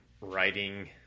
writing